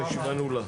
הישיבה נעולה.